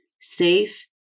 safe